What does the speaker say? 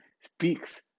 speaks